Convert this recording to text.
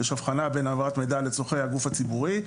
יש הבחנה בין העברת מידע לצרכי הגוף הציבורי.